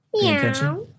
Meow